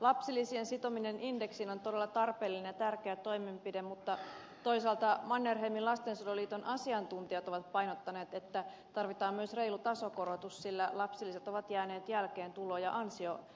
lapsilisien sitominen indeksiin on todella tarpeellinen ja tärkeä toimenpide mutta toisaalta mannerheimin lastensuojeluliiton asiantuntijat ovat painottaneet että tarvitaan myös reilu tasokorotus sillä lapsilisät ovat jääneet jälkeen tulo ja ansiokehityksestä